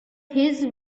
his